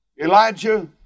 Elijah